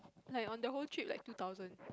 like on the whole trip like two thousand